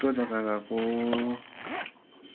थुप्रो जग्गा गएको